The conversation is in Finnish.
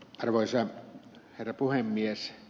arvoisa herra puhemies